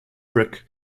brick